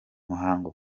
muhango